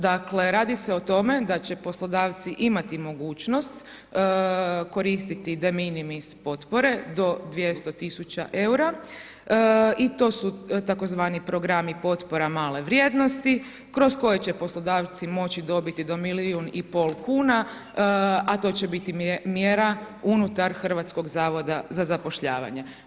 Dakle, radi se o tome da će poslodavci imati mogućnost koristiti de minimis potpore do 200.000 EUR-a, i to su tako zvani programi potpora male vrijednosti kroz koje će poslodavci moći dobiti do milijun i pol kuna, a to će biti mjera unutar Hrvatskog zavoda za zapošljavanje.